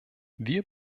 wir